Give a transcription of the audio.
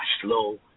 slow